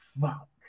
fuck